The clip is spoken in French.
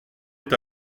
est